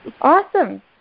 awesome